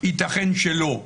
ייתכן שלא.